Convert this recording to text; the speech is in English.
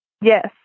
Yes